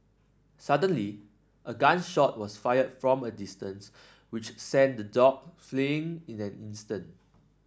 suddenly a gun shot was fired from a distance which sent the dog fleeing in an instant